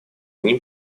они